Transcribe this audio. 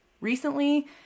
recently